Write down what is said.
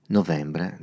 Novembre